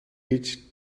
reach